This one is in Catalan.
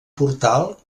portal